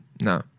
No